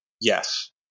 Yes